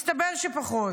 מסתבר שפחות.